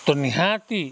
ତ ନିହାତି